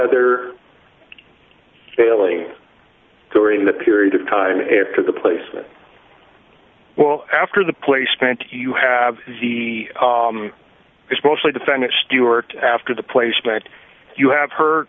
other failing during that period of time and because the placement well after the play spent you have the it's mostly defending stewart after the placement you have her